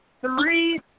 three